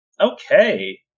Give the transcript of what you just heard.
Okay